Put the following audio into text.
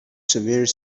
severe